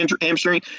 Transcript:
hamstring